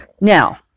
Now